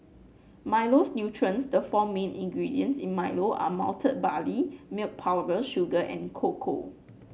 Milo's nutrients The four main ingredients in Milo are malted barley milk powder sugar and cocoa